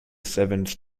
seventh